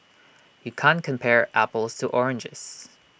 you can't compare apples to oranges